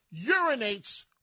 urinates